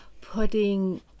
putting